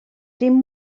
dim